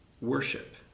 worship